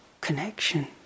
connection